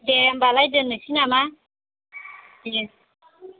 दे होनबालाय दोननोसै नामा दे